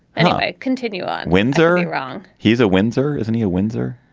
and i continue on windsor. wrong. he's a windsor, isn't he a windsor?